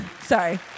Sorry